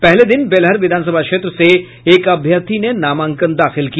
पहले दिन बेलहर विधानसभा क्षेत्र से एक अभ्यर्थी ने नामांकन दाखिल किया